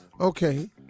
Okay